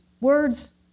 words